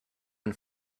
and